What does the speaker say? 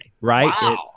right